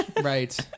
Right